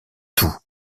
tout